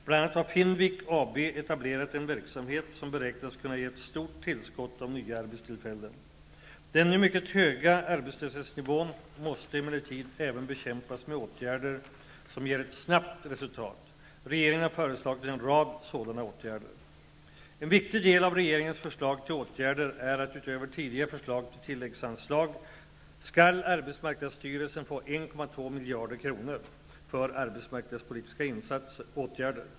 Bl.a. har Finvik AB etablerat en verksamhet som beräknas kunna ge ett stort tillskott av nya arbetstillfällen. Den nu mycket höga arbetslöshetsnivån måste emellertid även bekämpas med åtgärder som ger ett snabbt resultat. Regeringen har föreslagit en rad sådana åtgärder. En viktig del av regeringens förslag till åtgärder är att utöver tidigare förslag till tilläggsanslag skall arbetsmarknadsstyrelsen få 1,2 miljarder kronor för arbetsmarknadspolitiska åtgärder.